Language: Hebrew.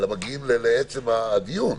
אלא מגיעים לעצם הדיון.